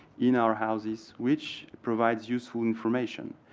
in our houses, which provides useful information.